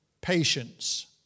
patience